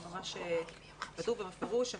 כתוב בפירוש,